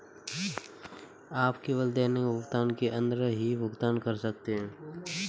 आप केवल दैनिक भुगतान सीमा के अंदर ही भुगतान कर सकते है